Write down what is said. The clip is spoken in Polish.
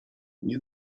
nie